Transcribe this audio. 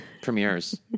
Premieres